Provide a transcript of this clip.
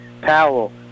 powell